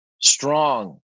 strong